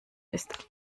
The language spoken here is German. ist